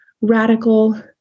radical